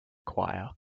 choir